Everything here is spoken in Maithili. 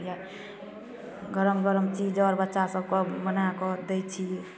गरम गरम चीज आओर बच्चासबके बनाकऽ दै छिए